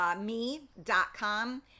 me.com